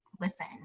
listen